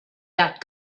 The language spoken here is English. that